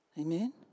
amen